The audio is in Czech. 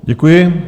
Děkuji.